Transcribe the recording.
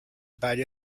valle